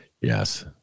Yes